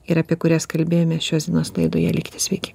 ir apie kurias kalbėjomės šios dienos laidoje likite sveiki